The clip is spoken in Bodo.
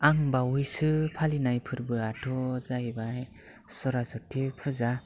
आं बावैसो फालिनाय फोरबोआथ' जाहैबाय सर'सथि फुजा